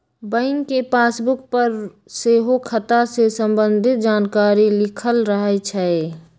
bank के passbook पर सेहो खता से संबंधित जानकारी लिखल रहै छइ